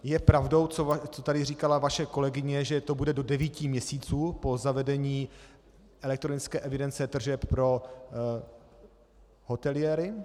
Je pravdou, co tady říkala vaše kolegyně, že to bude do devíti měsíců po zavedení elektronické evidence tržeb pro hoteliéry?